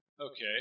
Okay